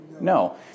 No